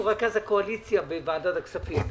הוא רכז הקואליציה בוועדת הכספים,